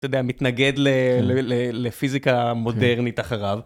אתה יודע, מתנגד לפיזיקה המודרנית אחריו.